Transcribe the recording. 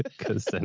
cause then,